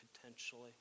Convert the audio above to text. potentially